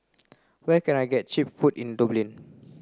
where can I get cheap food in Dublin